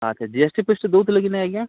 ଆଚ୍ଛା G S T ଫିଏଷ୍ଟ ଦଉଥିଲେ କି ନାହିଁ ଆଜ୍ଞା